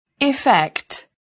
effect